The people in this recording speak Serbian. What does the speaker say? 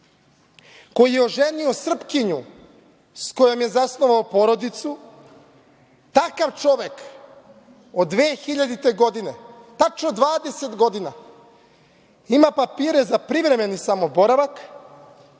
koji je oženio Srpkinju sa kojom je zasnovao porodicu. Takav čovek od 2000. godine, tačno 20 godina, ima papire za privremeni samo boravak,